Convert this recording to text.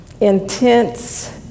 intense